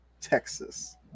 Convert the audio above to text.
Texas